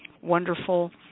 wonderful